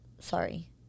sorry